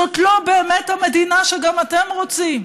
זאת לא באמת המדינה שגם אתם רוצים.